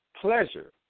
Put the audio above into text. pleasure